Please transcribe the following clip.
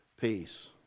peace